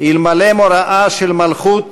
"אלמלא מוראה של מלכות